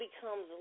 becomes